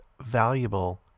valuable